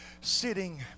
sitting